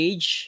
Age